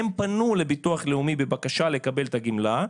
הם פנו לביטוח לאומי בבקשה לקבל את הגמלה,